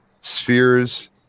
spheres